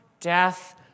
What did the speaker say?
death